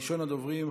ראשון הדוברים,